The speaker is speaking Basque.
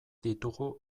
ditugu